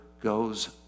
goes